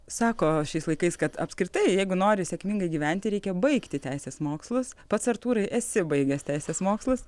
sako šiais laikais kad apskritai jeigu nori sėkmingai gyventi reikia baigti teisės mokslus pats artūrai esi baigęs teisės mokslus